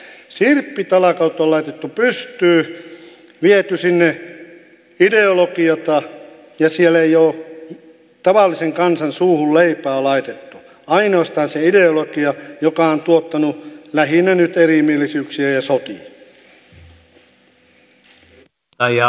sirppitalkoot on laitettu pystyyn viety sinne ideologiaa ja siellä ei ole tavallisen kansan suuhun leipää laitettu ainoastaan se ideologia joka on tuottanut lähinnä nyt erimielisyyksiä ja sotia